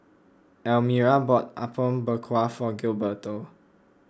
Elmyra bought Apom Berkuah for Gilberto